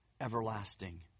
everlasting